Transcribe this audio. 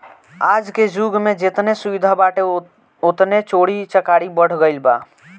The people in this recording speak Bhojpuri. आजके जुग में जेतने सुविधा बाटे ओतने चोरी चकारी बढ़ गईल बा